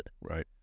Right